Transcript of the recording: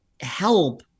help